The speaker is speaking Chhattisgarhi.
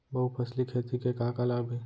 बहुफसली खेती के का का लाभ हे?